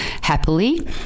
happily